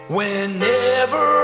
Whenever